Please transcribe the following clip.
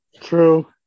True